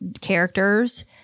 characters